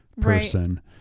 person